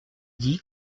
dis